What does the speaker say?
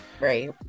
Right